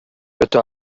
өтө